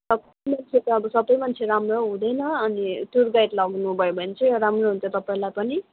अब मान्छे त अब सबै मान्छे राम्रो हुँदैन अनि टुर गाइड लानुभयो भने चाहिँ राम्रो हुन्छ तपाईँलाई पनि